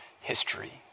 History